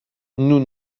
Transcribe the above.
nous